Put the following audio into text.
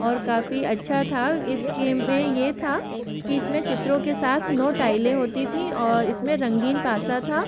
और काफ़ी अच्छा था इस गेम में ये था कि इसमें चित्रों के साथ नौ टाइलें होती थी और इसमें रंगीन पासा था